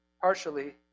partially